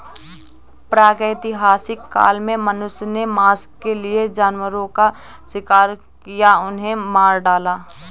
प्रागैतिहासिक काल से मनुष्य ने मांस के लिए जानवरों का शिकार किया, उन्हें मार डाला